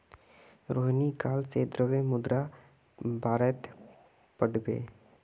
रोहिणी काल से द्रव्य मुद्रार बारेत पढ़बे